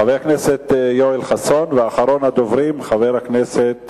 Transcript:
חבר הכנסת יואל חסון, ואחרון הדוברים, חבר הכנסת